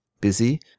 busy